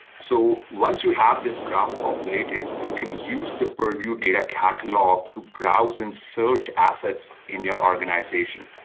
so once you have this graph populated, you can use the purview data catalog to browse and search assets in your organization.